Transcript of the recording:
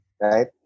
right